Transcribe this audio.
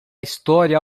história